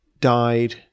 died